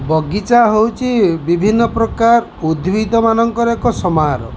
ବଗିଚା ହେଉଛି ବିଭିନ୍ନ ପ୍ରକାର ଉଦ୍ଭିଦମାନଙ୍କର ଏକ ସମାରୋହ